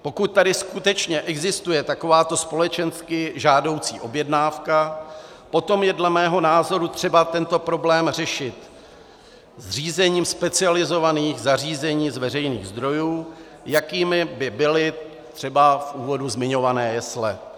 Pokud tady skutečně existuje takováto společensky žádoucí objednávka, potom je dle mého názoru třeba tento problém řešit zřízením specializovaných zařízení z veřejných zdrojů, jakými by byly třeba v úvodu zmiňované jesle.